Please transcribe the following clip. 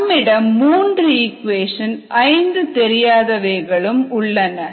நம்மிடம் 3 இக்குவேஷன் ஐந்து தெரியாதவை களும் உள்ளன